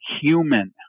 human